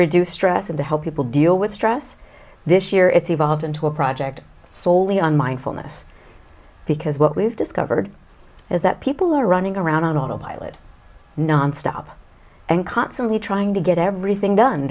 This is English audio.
reduce stress and to help people deal with stress this year it's evolved into a project soley on mindfulness because what we've discovered is that people are running around on autopilot nonstop and constantly trying to get everything done